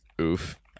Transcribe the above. Oof